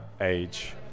age